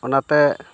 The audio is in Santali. ᱚᱱᱟᱛᱮ